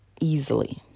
easily